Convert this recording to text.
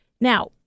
Now